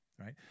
right